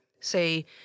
say